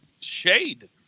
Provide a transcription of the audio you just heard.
shade